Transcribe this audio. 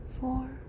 four